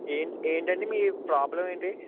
ఏం ఏంటండి మీ ప్రాబ్లం ఏంటి